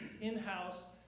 in-house